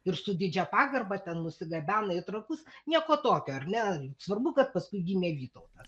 ir su didžia pagarba ten nusigabena į trakus nieko tokio ar ne svarbu kad paskui gimė vytautas